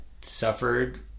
suffered